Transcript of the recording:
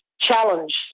challenge